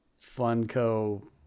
funco